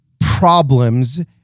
problems